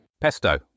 Pesto